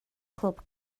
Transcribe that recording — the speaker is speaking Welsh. clwb